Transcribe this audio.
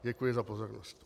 Děkuji za pozornost.